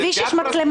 בכל מקום שיש מצלמה